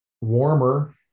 warmer